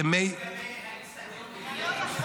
ימי --- מה לגבי האצטדיון בטירה?